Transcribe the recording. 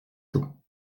tôt